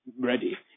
ready